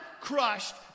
crushed